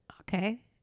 Okay